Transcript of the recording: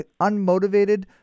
unmotivated